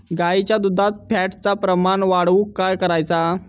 गाईच्या दुधात फॅटचा प्रमाण वाढवुक काय करायचा?